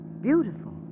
beautiful